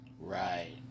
Right